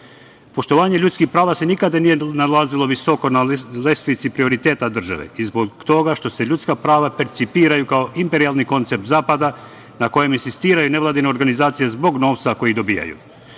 pravima. Poštovanje ljudskih prava se nikada nije nalazilo visoko na lestvici prioriteta države i zbog toga što se ljudska prava percipiraju kao imperijalni koncept zapada na kojem insistiraju nevladine organizacije zbog novca koji dobijaju. Srbija